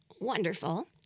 wonderful